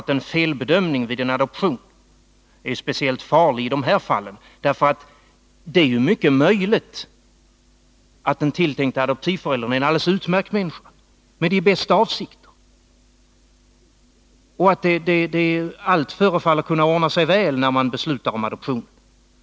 En felbedömning vid en adoption är nämligen speciellt farlig i de här fallen, därför att det är mycket möjligt att den tilltänkte adoptivföräldern är en alldeles utmärkt människa med de bästa avsikter och att allt förefaller kunna arta sig väl, när man beslutar om adoptionen.